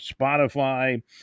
Spotify